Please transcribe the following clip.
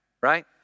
right